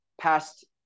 past